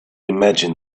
imagine